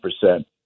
percent